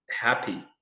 happy